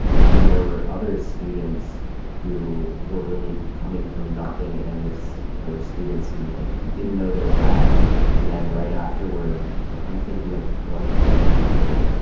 but then there were other students who were really coming from nothing. and this there were students who, like, didn't know their dad and then right afterward i'm thinking of one kid in particular.